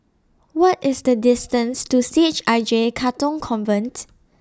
What IS The distance to C H I J Katong Convent